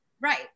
Right